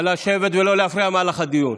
נא לשבת ולא להפריע למהלך הדיון.